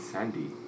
Sandy